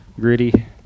gritty